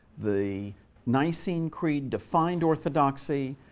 the nicene creed defined orthodoxy,